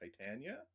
Titania